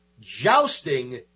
jousting